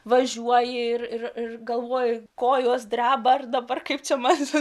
važiuoji ir ir galvoje kojos dreba ir dabar kaip čia masiškai